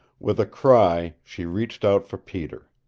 with a cry she reached out for peter.